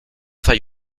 hay